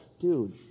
dude